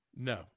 No